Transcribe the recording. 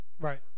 Right